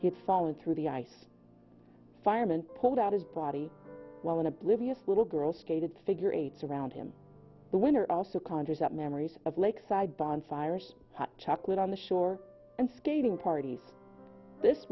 he'd fallen through the ice fireman pulled out his body well in oblivious little girls skated figure eights around him the winner also conjures up memories of lakeside bonfires hot chocolate on the shore and skating parties this